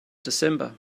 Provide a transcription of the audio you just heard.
december